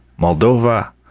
Moldova